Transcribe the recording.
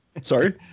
Sorry